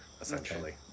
essentially